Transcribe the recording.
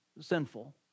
sinful